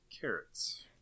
carrots